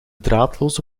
draadloze